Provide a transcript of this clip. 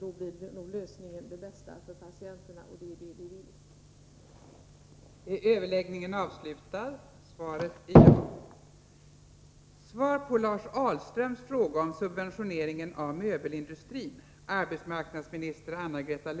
Då blir nog lösningen den bästa för patienterna — och det är det vi vill.